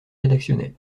rédactionnel